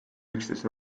üksnes